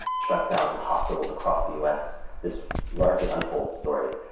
shuts down hospitals across the u. s. this largely untold story,